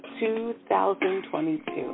2022